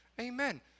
Amen